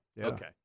Okay